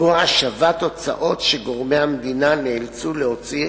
לתבוע השבת הוצאות שגורמי המדינה נאלצו להוציא